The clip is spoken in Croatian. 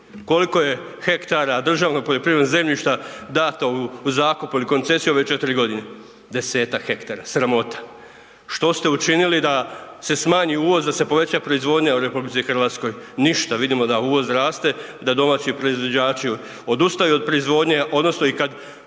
Koliko je hektara državnog poljoprivrednog zemljišta dato u zakup ili koncesiju ove 4 godine? 10 ha, sramota. Što ste učinili da se smanji uvoz ada se poveća proizvodnja u RH? Ništa. Vidimo da uvoz raste, da domaći proizvođači odustaju od proizvodnje odnosno i kad